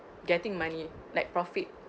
getting money like profit